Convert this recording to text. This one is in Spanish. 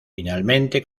finalmente